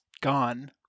gone